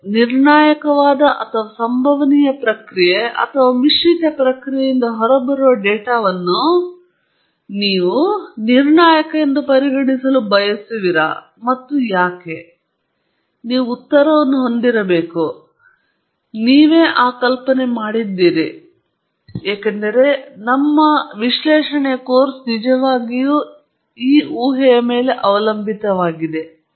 ಆದ್ದರಿಂದ bottom line ದಯವಿಟ್ಟು ಕೇಳುವ ಕೆಲವು ಕ್ಷಣಗಳನ್ನು ಖರ್ಚು ಮಾಡಿದೆ ನಿರ್ಣಾಯಕವಾದ ಅಥವಾ ಸಂಭವನೀಯ ಪ್ರಕ್ರಿಯೆ ಅಥವಾ ಮಿಶ್ರಿತ ಪ್ರಕ್ರಿಯೆಯಿಂದ ಹೊರಬರುವ ನೀವು ಡೇಟಾವನ್ನು ನಿರ್ಣಾಯಕ ಎಂದು ಪರಿಗಣಿಸಲು ಬಯಸುವಿರಾ ಮತ್ತು ಏಕೆ ನೀವು ಉತ್ತರವನ್ನು ಹೊಂದಿರಬೇಕು ನೀವು ಆ ಕಲ್ಪನೆಯನ್ನು ಮಾಡಿದ್ದೀರಿ ಏಕೆಂದರೆ ವಿಶ್ಲೇಷಣೆಯ ಕೋರ್ಸ್ ನಿಜವಾಗಿಯೂ ಅದರ ಮೇಲೆ ಅವಲಂಬಿತವಾಗಿದೆ